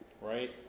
right